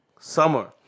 summer